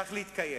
צריך להתקיים.